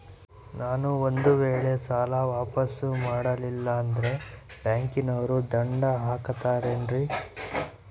ನಾನು ಒಂದು ವೇಳೆ ಸಾಲ ವಾಪಾಸ್ಸು ಮಾಡಲಿಲ್ಲಂದ್ರೆ ಬ್ಯಾಂಕನೋರು ದಂಡ ಹಾಕತ್ತಾರೇನ್ರಿ?